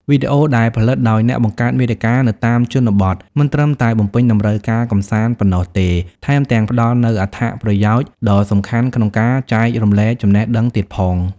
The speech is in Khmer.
វីដេអូដែលផលិតដោយអ្នកបង្កើតមាតិកានៅតាមជនបទ មិនត្រឹមតែបំពេញតម្រូវការកម្សាន្តប៉ុណ្ណោះទេ ថែមទាំងផ្តល់នូវអត្ថប្រយោជន៍ដ៏សំខាន់ក្នុងការចែករំលែកចំណេះដឹងទៀតផង។